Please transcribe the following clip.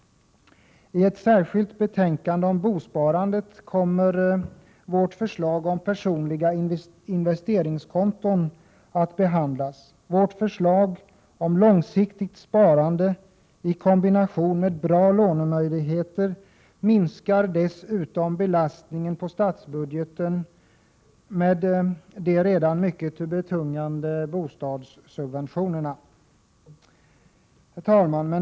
I ett särskilt betänkande om bosparande kommer vårt förslag om personliga investeringskonton att behandlas. Vårt förslag om långsiktigt sparande i kombination med bra lånemöjligheter minskar dessutom belastningen på statsbudgeten med de redan mycket betungande bostadssubventionerna. Herr talman!